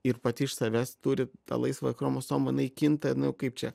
ir pati iš savęs turi tą laisvą chromosomą jinai kinta nu kaip čia